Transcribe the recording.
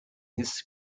his